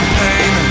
pain